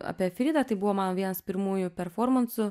apie fridą tai buvo mano vienas pirmųjų performansų